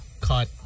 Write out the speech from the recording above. caught